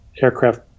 aircraft